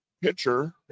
pitcher